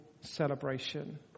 celebration